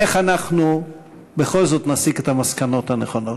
איך אנחנו בכל זאת נסיק את המסקנות הנכונות.